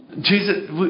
Jesus